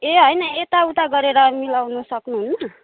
ए होइन यता उता गरेर मिलाउनु सक्नुहुन्न